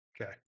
Okay